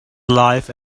life